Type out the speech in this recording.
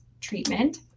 treatment